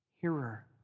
hearer